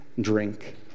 drink